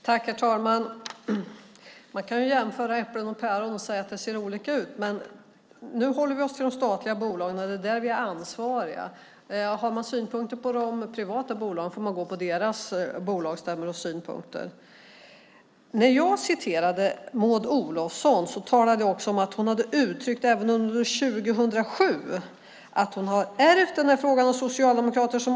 Herr talman! Man kan jämföra äpplen och päron och säga att de ser olika ut, men nu håller vi oss till de statliga bolagen. Det är där vi är ansvariga. Har man synpunkter på de privata bolagen får man gå på deras bolagsstämmor. När jag citerade Maud Olofsson talade jag också om att hon hade uttryckt även under 2007 att hon hade ärvt den här frågan av Socialdemokraterna.